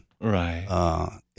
right